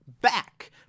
back